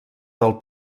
del